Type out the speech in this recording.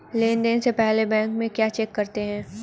Loan देने से पहले बैंक में क्या चेक करते हैं?